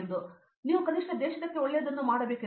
ಆದ್ದರಿಂದ ನೀವು ಕನಿಷ್ಠ ದೇಶಕ್ಕೆ ಒಳ್ಳೆಯದನ್ನು ಮಾಡಬೇಕೆಂದು